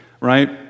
right